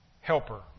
helper